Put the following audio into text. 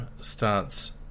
starts